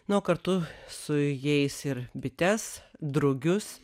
na o kartu su jais ir bites drugius